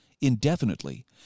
indefinitely